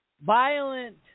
violent